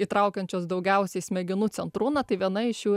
įtraukiančios daugiausiai smegenų centrų na tai viena iš jų